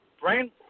brain